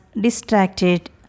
distracted